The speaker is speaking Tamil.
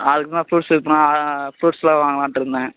அதுக்கு தான் ஃப்ரூட்ஸ் இப்போ நான் ஃப்ரூட்ஸ்லாம் வாங்கலான்ட்ருந்தேன்